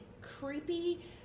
creepy